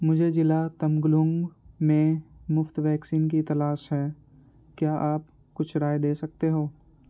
مجھے ضلع تمگلونگ میں مفت ویکسین کی تلاش ہے کیا آپ کچھ رائے دے سکتے ہو